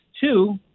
two